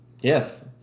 Yes